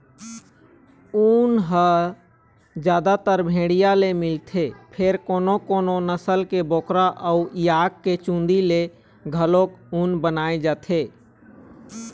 ऊन ह जादातर भेड़िया ले मिलथे फेर कोनो कोनो नसल के बोकरा अउ याक के चूंदी ले घलोक ऊन बनाए जाथे